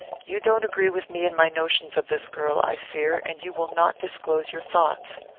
you don't agree with me in my notions of this girl, i fear, and you will not disclose your thoughts.